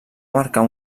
marcar